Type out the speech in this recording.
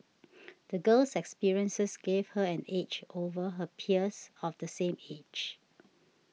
the girl's experiences gave her an edge over her peers of the same age